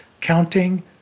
counting